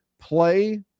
play